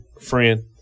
friend